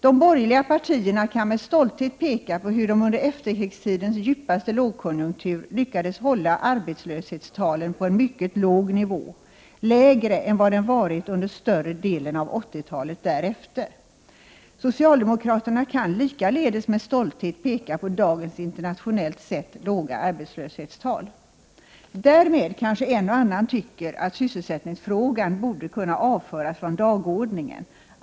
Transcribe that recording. De borgerliga partierna kan med stolthet peka på hur de under efterkrigstidens djupaste lågkonjunktur lyckades hålla arbetslöshetstalen på en mycket låg nivå, lägre än vad den därefter varit under större delen av 80-talet. Socialdemokraterna kan likaledes med stolthet peka på dagens internationellt sett låga arbetslöshetstal. Därmed kanske en och annan tycker att sysselsättningsfrågan borde kunna avföras från dagordningen.